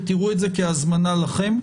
ותראו את זה כהזמנה לכם.